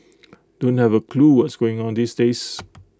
don't have A clue what's going on these days